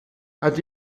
hat